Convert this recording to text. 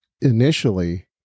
initially